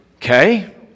Okay